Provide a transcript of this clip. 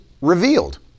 revealed